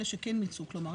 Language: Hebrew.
כלומר,